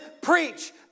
preach